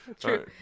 True